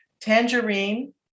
tangerine